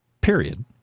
Period